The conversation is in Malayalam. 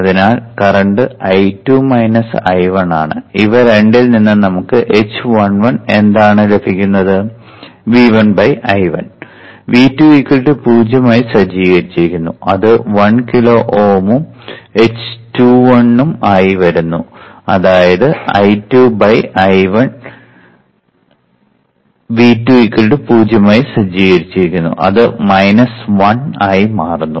അതിനാൽ കറന്റ് I2 I1 ആണ് ഇവ രണ്ടിൽ നിന്നും നമുക്ക് h11 എന്താണ് ലഭിക്കുന്നത് V1 I1 V2 0 ആയി സജ്ജീകരിച്ചിരിക്കുന്നു അത് 1 കിലോ Ω ഉം h21 ഉം ആയി വരുന്നു അതായത് I2 I1 V2 0 ആയി സജ്ജീകരിക്കുന്നു ഇത് 1 ആയി മാറുന്നു